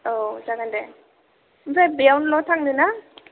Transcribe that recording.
औ जागोन दे ओमफ्राय बेयावल' थांगोनना